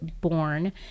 born